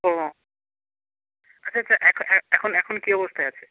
ও আচ্ছা আচ্ছা এখন এখন কী অবস্থায় আছে